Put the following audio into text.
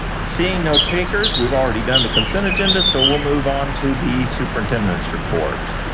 seeing no takers, we've already done the consent agenda, so, we'll move on to the superintendant's report.